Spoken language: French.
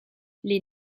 les